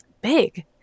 big